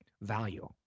Value